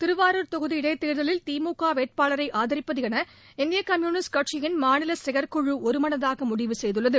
திருவாரூர் தொகுதி இடைத்தோதலில் திமுக வேட்பாளரை ஆதிப்பது என இந்திய கம்யுனிஸ்ட் கட்சியின் மாநில செயற்குழு ஒருமனதாக முடிவு செய்துள்ளது